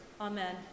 Amen